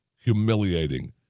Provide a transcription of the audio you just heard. humiliating